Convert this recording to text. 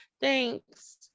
thanks